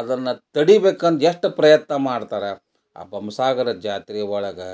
ಅದನ್ನು ತಡಿಬೇಕು ಅಂತ ಎಷ್ಟು ಪ್ರಯತ್ನ ಮಾಡ್ತಾರೆ ಆ ಬೊಮ್ಮಸಾಗರ ಜಾತ್ರೆ ಒಳಗೆ